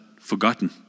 forgotten